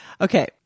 Okay